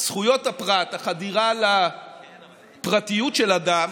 זכויות הפרט, החדירה לפרטיות של אדם,